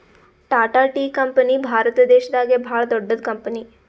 Tata tea company Bharat ದೇಶದಾಗೆ ಭಾಳ್ ದೊಡ್ಡದ್ ಕಂಪನಿ